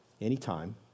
anytime